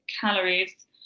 calories